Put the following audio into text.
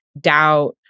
doubt